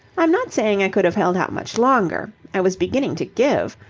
i'm not saying i could have held out much longer i was beginning to give.